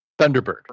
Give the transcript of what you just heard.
thunderbird